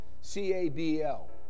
C-A-B-L